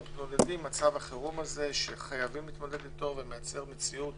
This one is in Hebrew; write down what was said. מתמודדים עם מצב החירום הזה שחייבים להתמודד איתו ושהוא מייצר מציאות